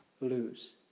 lose